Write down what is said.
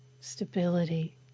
stability